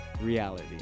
reality